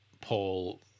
Paul